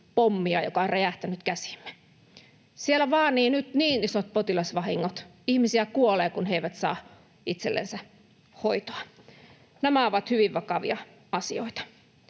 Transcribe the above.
joka on räjähtänyt käsiimme. Siellä vaanivat nyt niin isot potilasvahingot, ihmisiä kuolee, kun he eivät saa itsellensä hoitoa. Nämä ovat hyvin vakavia asioita.